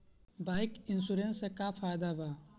Bike insurance से का फायदा बा?